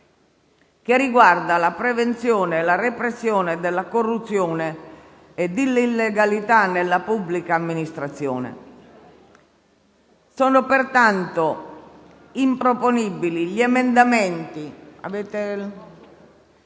che riguarda la prevenzione e la repressione della corruzione e dell'illegalità nella pubblica amministrazione. Sono pertanto improponibili gli emendamenti